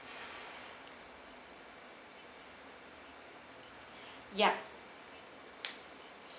yup